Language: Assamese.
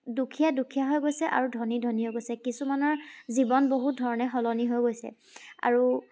দুখীয়া দুখীয়া হৈ গৈছে আৰু ধনী ধনী হৈ গৈছে কিছুমানৰ জীৱন বহু ধৰণে সলনি হৈ গৈছ আৰু